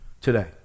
today